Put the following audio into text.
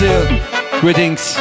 Greetings